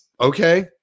okay